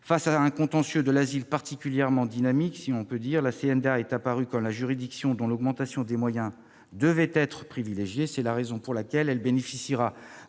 Face à un contentieux de l'asile particulièrement dynamique- si je puis dire -, la CNDA est apparue comme la juridiction dont l'augmentation des moyens devait être privilégiée. C'est la raison pour laquelle elle bénéficiera